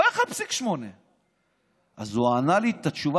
לא 1.8. אז הוא ענה לי תשובה,